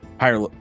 higher